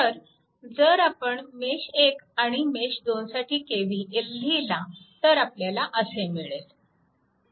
तर जर आपण मेश 1 आणि मेश 2 साठी KVL लिहिला तर आपल्याला असे मिळेल